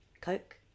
Coke